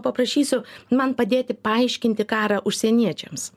paprašysiu man padėti paaiškinti karą užsieniečiams